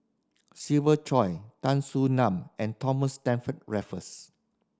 Siva Choy Tan Soo Nan and Thomas Stamford Raffles